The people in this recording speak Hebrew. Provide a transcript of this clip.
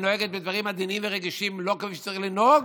היא נוהגת בדברים עדינים ורגישים לא כפי שצריך לנהוג,